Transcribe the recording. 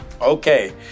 Okay